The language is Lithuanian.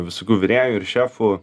visokių virėjų ir šefų